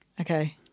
Okay